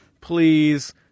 please